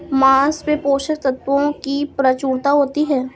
माँस में पोषक तत्त्वों की प्रचूरता होती है